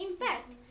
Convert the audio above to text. impact